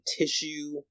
tissue